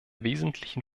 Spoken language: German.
wesentlichen